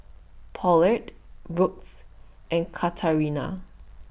Paulette Brooks and Katarina